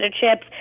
chips